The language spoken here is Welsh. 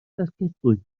dargedwyd